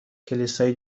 کلیسای